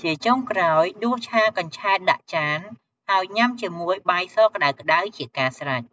ជាចុងក្រោយ ដួសឆាកញ្ឆែតដាក់ចាន ហើយញ៉ាំជាមួយ បាយសក្តៅៗជាការស្រេច។